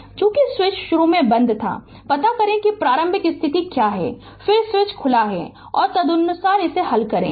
चूंकि स्विच शुरू में बंद था पता करें कि प्रारंभिक स्थिति क्या है फिर स्विच खुला है और तदनुसार हल करें